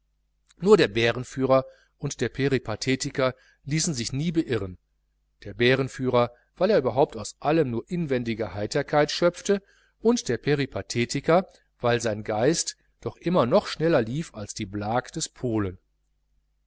nur der bärenführer und der peripathetiker ließen sich nie beirren der bärenführer weil er überhaupt aus allem nur inwendige heiterkeit schöpfte und der peripathetiker weil sein geist doch immer noch schneller lief als die blague des polen